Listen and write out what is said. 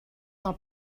del